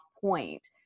point